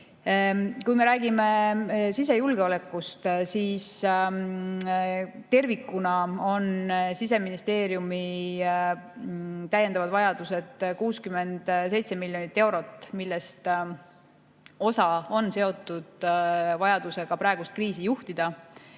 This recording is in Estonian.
me räägime sisejulgeolekust, siis tervikuna on Siseministeeriumi täiendavad vajadused 67 miljonit eurot, millest osa on seotud vajadusega praegust kriisi juhtida.